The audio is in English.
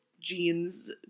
jeans